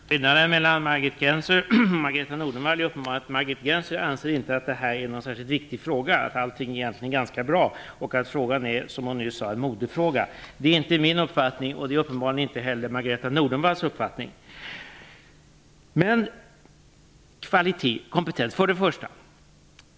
Fru talman! Skillnaden mellan Margit Gennser och Margareta Nordenvall är uppenbarligen att Margit Gennser inte anser att detta är någon särskilt viktig fråga, att allting egentligen är ganska bra och att frågan är, som hon nyss sade, en modefråga. Det är inte min uppfattning, och det är uppenbarligen inte heller Margareta Nordenvalls uppfattning. När det gäller kvalitet och kompetens vill jag säga följande.